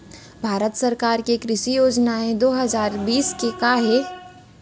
भारत सरकार के कृषि योजनाएं दो हजार बीस के का हे?